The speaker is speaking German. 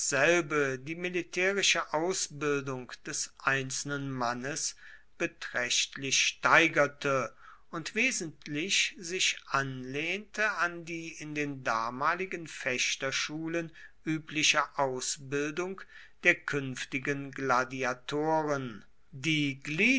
die militärische ausbildung des einzelnen mannes beträchtlich steigerte und wesentlich sich anlehnte an die in den damaligen fechterschulen übliche ausbildung der künftigen gladiatoren die